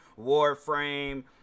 warframe